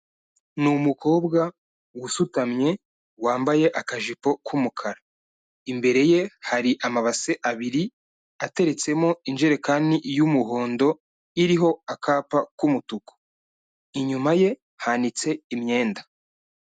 Ni umukobwa usutamye wambaye akajipo k'umukara, imbere ye hari amabase abiri ateretsemo injerekani y'umuhondo iriho akapa k'umutuku, inyuma ye hanitse imyenda.